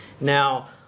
Now